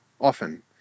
often